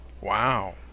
Wow